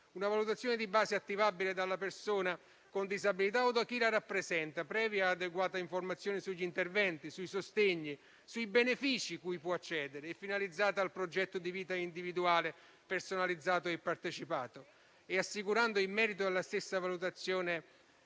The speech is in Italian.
una valutazione di base attivabile dalla persona con disabilità o da chi la rappresenta, previa adeguata informazione sugli interventi, sui sostegni, sui benefici cui può accedere, finalizzata al progetto di vita individuale personalizzato e partecipato, e assicurando in merito alla stessa valutazione